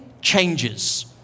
changes